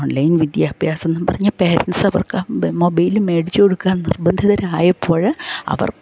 online വിദ്യഭ്യാസം എന്ന് പറഞ്ഞ് പേരൻസ് അവർക്ക് മൊബൈല് മേടിച്ചുകൊടുക്കാൻ നിർബന്ധിതരായപ്പോഴ് അവർക്ക്